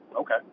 okay